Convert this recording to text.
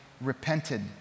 repented